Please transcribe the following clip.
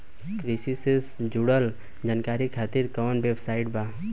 कृषि से जुड़ल जानकारी खातिर कोवन वेबसाइट बा?